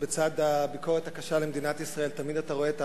בצד הביקורת הקשה על מדינת ישראל תמיד אתה רואה את